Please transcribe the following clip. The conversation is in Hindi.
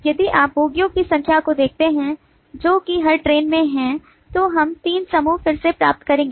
यदि आप बोगियों की संख्या को देखते हैं जो कि हर ट्रेन में हैं तो हम तीन समूह फिर से प्राप्त करेंगे